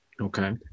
Okay